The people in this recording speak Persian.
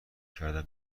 کردم